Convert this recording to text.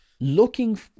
Looking